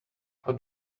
how